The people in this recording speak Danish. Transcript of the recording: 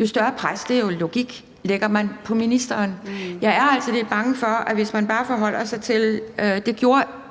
jo større pres – det er jo logik – lægger man på ministeren. Jeg er altså lidt bange for, at man tror, at hvis man bare forholder sig til det, så sker